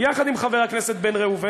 ויחד עם חבר הכנסת בן ראובן,